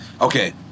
Okay